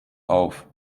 auf